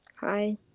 Hi